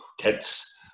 kids